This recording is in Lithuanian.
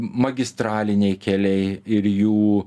magistraliniai keliai ir jų